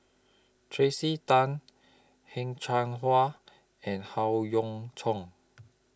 Tracey Tan Heng Cheng Hwa and Howe Yoon Chong